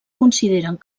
consideren